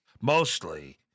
mostly